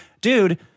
dude